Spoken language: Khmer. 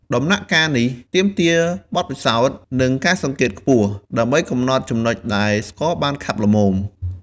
ដំណាក់កាលនេះទាមទារបទពិសោធន៍ និងការសង្កេតខ្ពស់ ដើម្បីកំណត់ចំណុចដែលស្ករបានខាប់ល្មម។